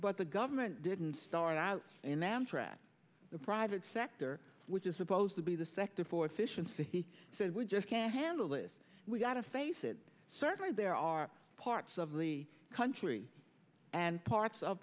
but the government didn't start out and amtrak the private sector which is supposed to be the sector for efficiency he said we just can't handle this we've got to face it certainly there are parts of the country and parts of